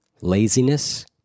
laziness